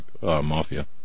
Mafia